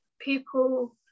people